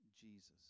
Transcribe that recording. Jesus